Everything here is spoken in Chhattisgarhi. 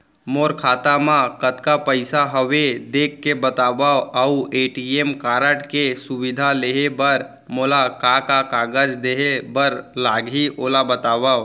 मोर खाता मा कतका पइसा हवये देख के बतावव अऊ ए.टी.एम कारड के सुविधा लेहे बर मोला का का कागज देहे बर लागही ओला बतावव?